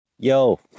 Yo